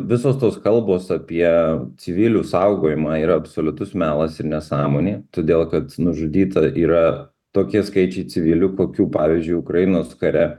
visos tos kalbos apie civilių saugojimą yra absoliutus melas ir nesąmonė todėl kad nužudyta yra tokie skaičiai civilių kokių pavyzdžiui ukrainos kare